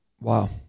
wow